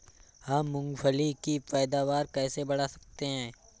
हम मूंगफली की पैदावार कैसे बढ़ा सकते हैं?